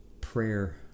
prayer